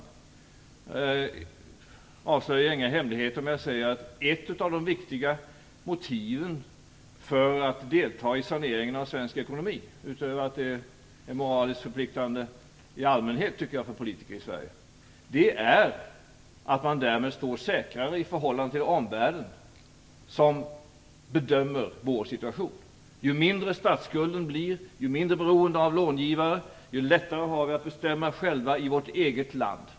Jag avslöjar inga hemligheter om jag säger att ett av de viktiga motiven för att delta i saneringen av svensk ekonomi, utöver att det är moraliskt förpliktande i allmänhet för politiker i Sverige, är att man därmed står säkrare i förhållande till omvärlden, som bedömer vår situation. Ju mindre statsskulden blir och ju mindre beroende av långivare vi blir, desto lättare har vi att bestämma själva i vårt eget land.